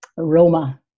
aroma